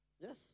Yes